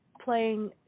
playing